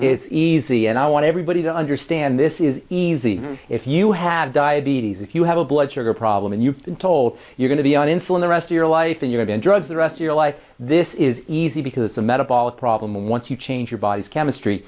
it's easy and i want everybody to understand this is easy if you have diabetes if you have a blood sugar problem and you've been told you're going to be on insulin the rest of your life and you have enjoyed the rest of your life this is easy because the metabolic problem once you change your body's chemistry